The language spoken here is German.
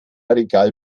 regal